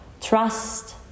trust